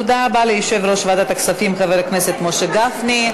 תודה רבה ליושב-ראש ועדת הכספים חבר הכנסת משה גפני.